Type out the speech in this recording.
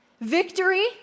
Victory